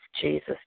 Jesus